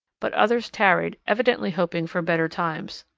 but others tarried, evidently hoping for better times.